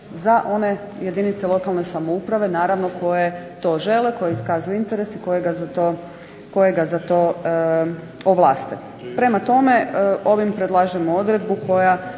za one jedinice lokalne samouprave naravno koje to žele koje iskažu interes i kojega za to ovlaste. Prema tome ovim predlažemo odredbu koja